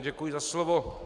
Děkuji za slovo.